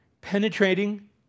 penetrating